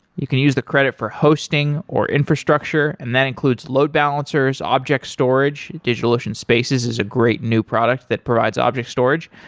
you can use the credit for hosting, or infrastructure and that includes load balancers, object storage, digitalocean spaces is a great new product that provides object storage,